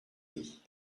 rit